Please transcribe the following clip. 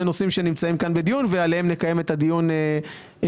הנושאים שנמצאים כאן בדיון ועליהם נקיים את הדיון בוועדה.